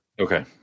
okay